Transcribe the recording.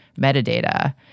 metadata